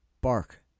Bark